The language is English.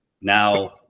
now